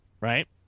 right